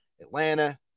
atlanta